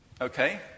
okay